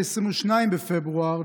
22 בפברואר,